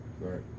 Right